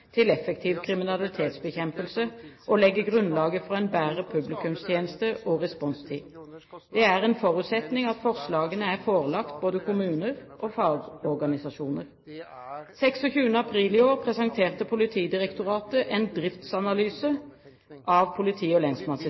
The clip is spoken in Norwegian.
til effektiv kriminalitetsbekjempelse og å legge grunnlaget for en bedre publikumstjeneste og responstid. Det er en forutsetning at forslagene er forelagt både kommuner og fagorganisasjoner. 26. april i år presenterte Politidirektoratet en driftsanalyse av politi- og